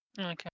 Okay